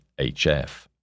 HF